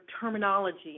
terminology